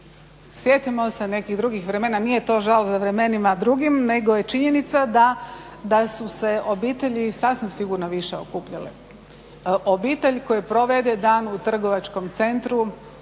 sjetimo se nekih drugih vremena, nije to žal za vremenima drugim, nego je činjenica da su se obitelji sasvim sigurno više okupljale. Obitelj koja provede dan u trgovačkom centru